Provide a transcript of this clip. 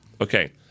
Okay